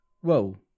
whoa